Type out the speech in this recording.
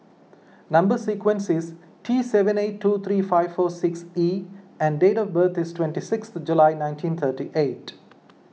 Number Sequence is T seven eight two three five four six E and date of birth is twenty sixth July nineteen thirty eight